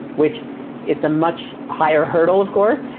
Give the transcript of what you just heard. which it's a much higher hurdle of course,